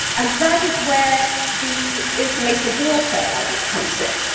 and that is where the information warfare element comes in,